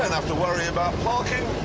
and have to worry about parking.